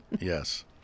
Yes